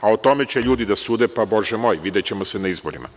O tome će ljudi da sude, pa Bože moj, videćemo se na izborima.